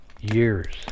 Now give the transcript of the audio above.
years